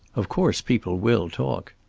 of course people will talk.